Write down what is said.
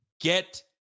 get